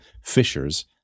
fishers